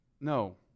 No